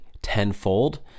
tenfold